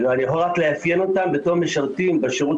אני יכול לאפיין אותם רק בתור משרתים בשירות